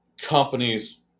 companies